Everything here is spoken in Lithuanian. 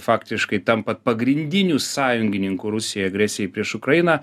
faktiškai tampa pagrindiniu sąjungininku rusijai agresijai prieš ukrainą